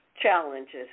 challenges